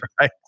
right